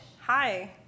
Hi